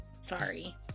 sorry